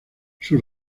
sus